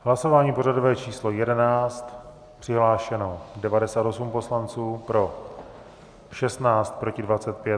Hlasování pořadové číslo 11, přihlášeno 98 poslanců, pro 16, proti 25.